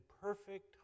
perfect